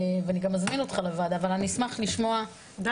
ואני גם אזמין אותך לוועדה, אבל אני אשמח לשמוע על